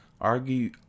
Argue